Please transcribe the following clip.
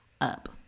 up